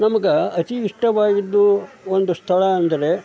ನಮ್ಗೆ ಅತೀ ಇಷ್ಟವಾಗಿದ್ದು ಒಂದು ಸ್ಥಳ ಅಂದರೆ